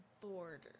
border